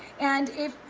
and if,